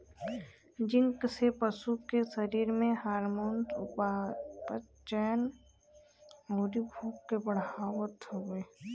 zinc से पशु के शरीर में हार्मोन, उपापचयन, अउरी भूख के बढ़ावत हवे